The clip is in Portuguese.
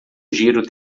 giro